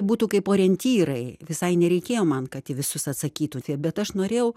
būtų kaip orientyrai visai nereikėjo man kad į visus atsakytų tie bet aš norėjau